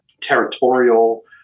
territorial